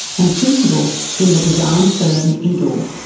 and principal in the design firm, edaw.